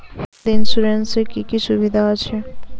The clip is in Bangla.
হেলথ ইন্সুরেন্স এ কি কি সুবিধা আছে?